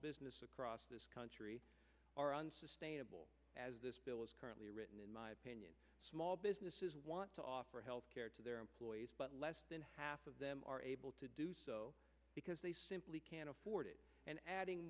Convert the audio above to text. business across this country are unsustainable as this bill is currently written in my opinion small businesses want to offer health care to their employees but less than half of them are able to do so because they simply can't afford it and adding